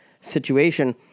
situation